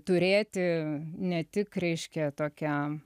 turėti ne tik reiškia tokią